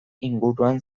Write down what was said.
inguruan